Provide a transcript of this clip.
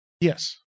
Yes